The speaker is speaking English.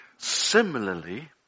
Similarly